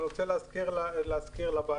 אני רוצה להזכיר לוועדה.